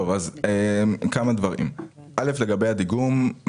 לגבי הדיגום.